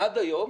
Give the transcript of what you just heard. עד היום